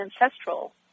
ancestral